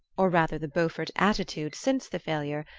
or rather the beaufort attitude since the failure,